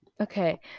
Okay